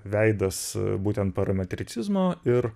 veidas būtent parametricizmo ir